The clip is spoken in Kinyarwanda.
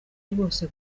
rwose